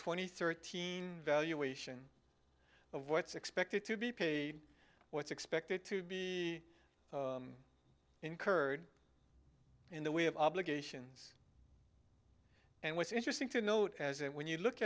twenty thirteen valuation of what's expected to be paid what's expected to be incurred in the way of obligations and what's interesting to note as when you look